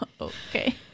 Okay